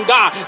God